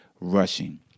rushing